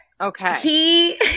Okay